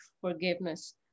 forgiveness